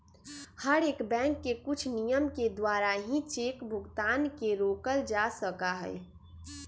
हर एक बैंक के कुछ नियम के द्वारा ही चेक भुगतान के रोकल जा सका हई